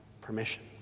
permission